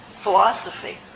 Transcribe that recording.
philosophy